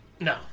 No